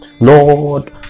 Lord